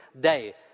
day